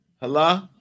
Hello